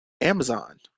Amazon